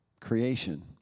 creation